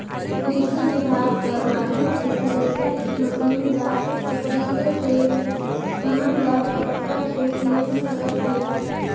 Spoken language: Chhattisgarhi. कृषि विभाग कर माध्यम से थरेसर मशीन ला खरीदे से हमन ला कतका छूट मिल सकत हे?